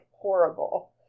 horrible